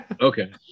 Okay